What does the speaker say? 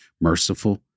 merciful